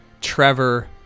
Trevor